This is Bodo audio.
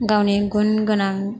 गावनि गुनगोनां